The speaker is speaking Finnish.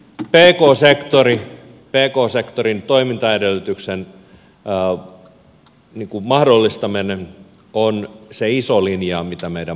kuten sanottua pk sektorin toimintaedellytyksen mahdollistaminen on se iso linja mikä meidän varjobudjetissamme on